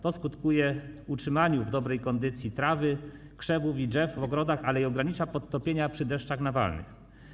To skutkuje utrzymaniem w dobrej kondycji trawy, krzewów i drzew w ogrodach, ale też ogranicza podtopienia przy deszczach nawalnych.